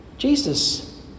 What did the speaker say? Jesus